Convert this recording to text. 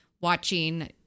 watching